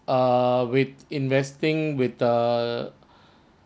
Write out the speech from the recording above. err with investing with the